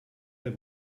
der